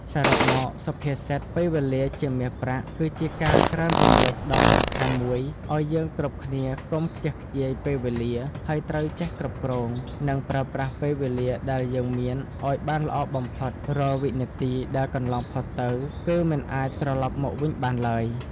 សរុបមកសុភាសិត ពេលវេលាជាមាសប្រាក់ គឺជាការក្រើនរំឭកដ៏សំខាន់មួយឲ្យយើងគ្រប់គ្នាកុំខ្ជះខ្ជាយពេលវេលា ហើយត្រូវចេះគ្រប់គ្រង និងប្រើប្រាស់ពេលវេលាដែលយើងមានឲ្យបានល្អបំផុត រាល់វិនាទីដែលកន្លងផុតទៅ គឺមិនអាចត្រឡប់មកវិញបានឡើយ ។